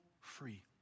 free